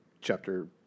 chapter